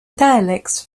dialects